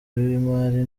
w’imari